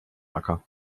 acker